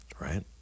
right